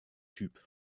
typ